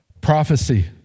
Prophecy